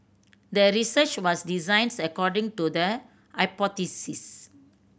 the research was designs according to the